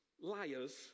liars